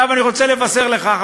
אני רוצה לבשר לך,